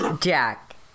Jack